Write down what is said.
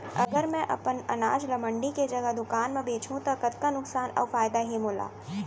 अगर मैं अपन अनाज ला मंडी के जगह दुकान म बेचहूँ त कतका नुकसान अऊ फायदा हे मोला?